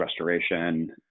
Restoration